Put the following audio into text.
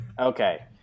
okay